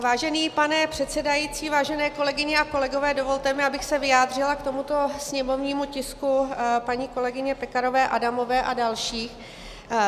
Vážený pane předsedající, vážené kolegyně a kolegové, dovolte mi, abych se vyjádřila k tomuto sněmovnímu tisku paní kolegyně Pekarové Adamové a dalších.